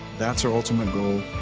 that's our ultimate goal,